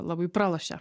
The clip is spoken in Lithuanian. labai pralošia